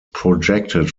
projected